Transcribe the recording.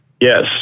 yes